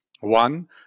One